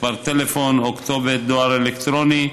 מספר טלפון או כתובת דואר אלקטרוני,